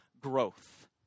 growth